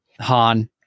Han